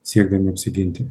siekdami apsiginti